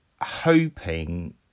hoping